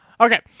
Okay